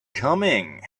coming